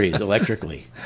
electrically